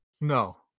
No